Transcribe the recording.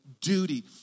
duty